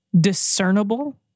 discernible